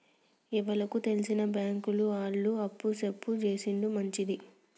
ఎవలకు తెల్సిన బాంకుల ఆళ్లు అప్పు సప్పు జేసుడు మంచిది